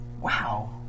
Wow